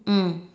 mm